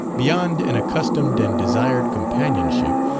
beyond an accustomed and desired companionship,